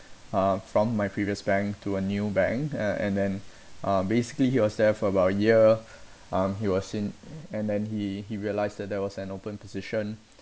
um from my previous bank to a new bank uh and then uh basically he was there for about a year um he was in and then he he realised that there was an open position